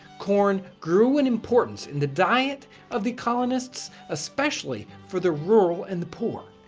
corn grew in importance in the diet of the colonists, especially for the rural and the poor.